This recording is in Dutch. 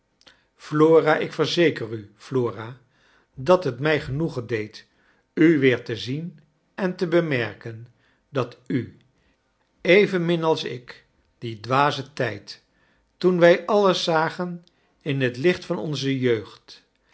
flora ik verzeker u flora dat het mij genoegen deed u weer te zien en te bemerken dat u evenmin als ik dien dwazen tijd toen wij alles zagen in het licht van onze jeugd